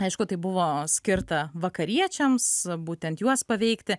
aišku tai buvo skirta vakariečiams būtent juos paveikti